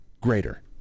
greater